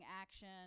action